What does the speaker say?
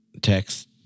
text